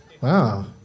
Wow